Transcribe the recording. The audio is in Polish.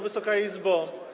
Wysoka Izbo!